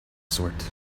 sort